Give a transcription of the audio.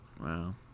Wow